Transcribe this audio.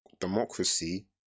democracy